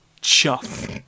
chuff